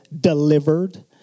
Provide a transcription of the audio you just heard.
delivered